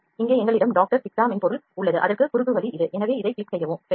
இங்கே எங்களிடம் டாக்டர் பிக்ஸா மென்பொருள் உள்ளது அதற்கான குறுக்குவழி இது எனவே இதைக் கிளிக் செய்வோம்